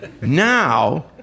Now